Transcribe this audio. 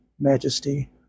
majesty